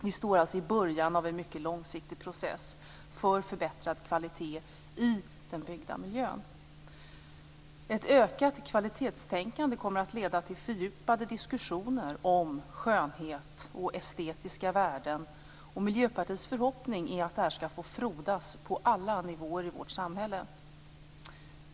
Vi står alltså i början av en mycket långsiktig process för förbättrad kvalitet i den byggda miljön. Ett ökat kvalitetstänkande kommer att leda till fördjupade diskussioner om skönhet och estetiska värden. Miljöpartiets förhoppning är att det här skall få frodas på alla nivåer i vårt samhälle.